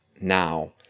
now